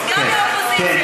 גם מהאופוזיציה, כן.